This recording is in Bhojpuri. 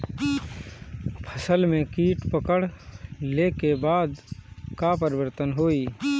फसल में कीट पकड़ ले के बाद का परिवर्तन होई?